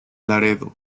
laredo